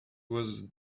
was